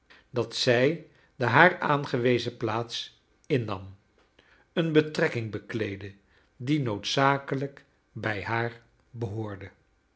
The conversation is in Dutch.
dat zij de haar aangewezen plaats innam eene betrekking bekleedde die noodzakelijk bij haar kleine dorrit behoorde